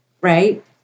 right